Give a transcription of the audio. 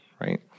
right